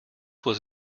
was